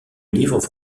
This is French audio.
livres